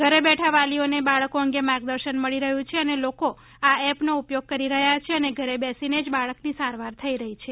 ઘરે બેઠા વાલીઓને બાળકો અંગે માર્ગદર્શન મળી રહ્યુ છે અને લોકો આ એપનો ઉપયોગ કરી રહ્યા છે અને ઘરે બેસીને જ બાળકની સારવાર થઇ રહી છે